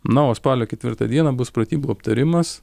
na o spalio ketvirtą dieną bus pratybų aptarimas